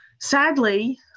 sadly